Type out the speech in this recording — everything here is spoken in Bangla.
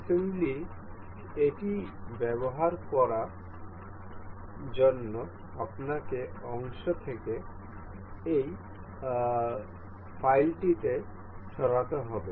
অ্যাসেম্বলিতে এটি ব্যবহার করার জন্য আপনাকে অংশ থেকে এই ফাইলটিতে সরাতে হবে